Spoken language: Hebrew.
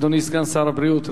אדוני סגן שר הבריאות,